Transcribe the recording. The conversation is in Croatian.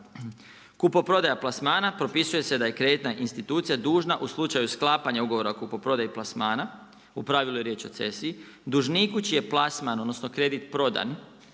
Kupoprodaje plasmana, propisuje se da je kreditna institucija dužna u slučaju sklapanju ugovora o kupoprodaji plasmani, u pravilu je riječ o cesiji, dužnik čiju je plasman, odnosno, kredit prodan,